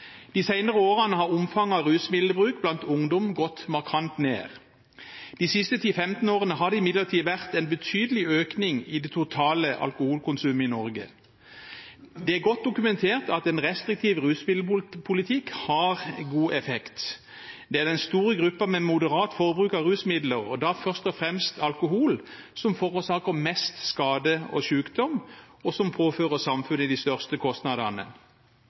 De senere årene har omfanget av rusmiddelbruk blant ungdom gått markant ned. De siste 10‒15 årene har det imidlertid vært en betydelig økning i det totale alkoholkonsumet i Norge. Det er godt dokumentert at en restriktiv rusmiddelpolitikk har god effekt. Det er den store gruppen med moderat forbruk av rusmiddel, og da først og fremst av alkohol, som forårsaker mest skade og sykdom, og som påfører samfunnet de største kostnadene.